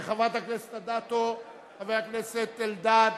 חברת הכנסת אדטו, חבר הכנסת אלדד,